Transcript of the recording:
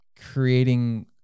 creating